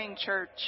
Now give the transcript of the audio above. church